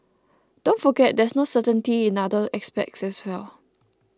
don't forget there's no certainty in other aspects as well